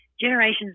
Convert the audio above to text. generations